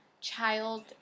child